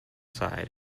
side